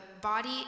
body